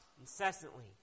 Incessantly